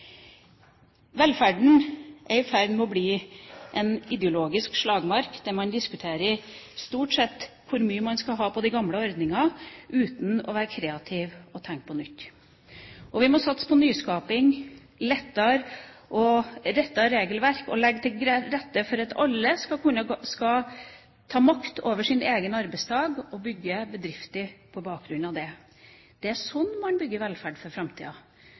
Velferden er i ferd med å bli en ideologisk slagmark, der man stort sett diskuterer hvor mye man skal ha på de gamle ordningene, uten å være kreativ og tenke nytt. Vi må satse på nyskaping, rettere regelverk og legge til rette for at alle skal ta makt over sin egen arbeidsdag og bygge bedrifter på bakgrunn av det. Det er slik man bygger velferd for framtida.